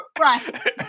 Right